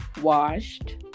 washed